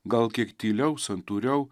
gal kiek tyliau santūriau